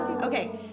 Okay